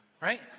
right